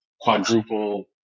quadruple